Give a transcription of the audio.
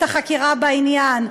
את החקירה בעניין,